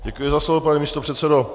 Děkuji za slovo, pane místopředsedo.